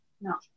No